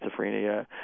schizophrenia